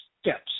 steps